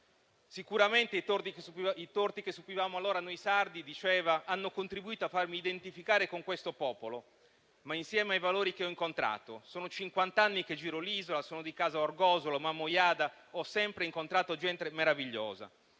«sicuramente i torti che subivamo allora noi sardi hanno contribuito a farmi identificare con questo popolo. Ma insieme ai valori che ho incontrato. Sono cinquanta anni che giro l'Isola, sono di casa ad Orgosolo, Mamoiada. Ho incontrato gente meravigliosa».